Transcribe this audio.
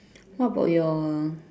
what about your